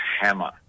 hammer